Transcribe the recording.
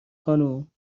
خانم